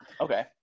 Okay